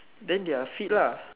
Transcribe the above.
then they are fit lah